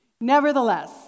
Nevertheless